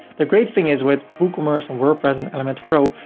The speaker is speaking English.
the great thing is with woocommerce and wordpress and elementor pro,